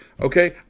Okay